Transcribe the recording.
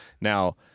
Now